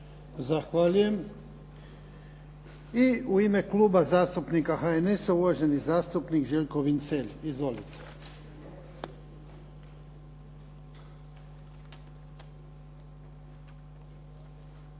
Zahvaljujem. I u ime Kluba zastupnika HNS-a, uvaženi zastupnik Željko Vincelj. Izvolite.